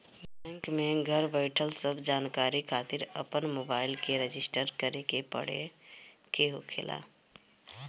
bank में घर बईठल सब जानकारी खातिर अपन मोबाईल के रजिस्टर करे के पड़े के होखेला